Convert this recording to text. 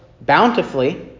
bountifully